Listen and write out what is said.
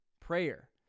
prayer